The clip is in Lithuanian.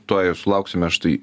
tuoj jau sulauksime štai